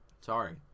Sorry